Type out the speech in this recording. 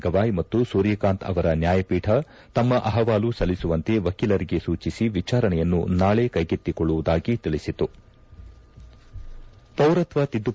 ಗವಾಯ್ ಮತ್ತು ಸೂರ್ಯಕಾಂತ್ ಅವರ ನ್ಕಾಯಪೀಠ ತಮ್ಮ ಅಪವಾಲು ಸಲ್ಲಿಸುವಂತೆ ವಕೀಲರಿಗೆ ಸೂಚಿಸಿ ವಿಚಾರಣೆಯನ್ನು ನಾಳೆ ಕೈಗೆತ್ತಿಕೊಳ್ಳುವುದಾಗಿ ತಿಳಿಸಿತು